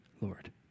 Lord